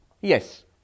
yes